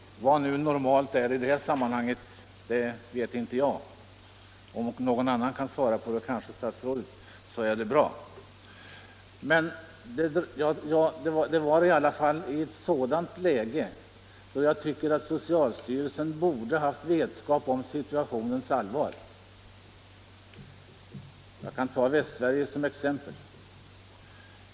Vad normalt är i det sammanhanget vet inte jag; om någon annan, kanske herr statsrådet, kan förklara det så är det bra. Läget var dock sådant att jag tycker socialstyrelsen borde haft vetskap om dess allvar. Jag kan ta Västsverige som exempel.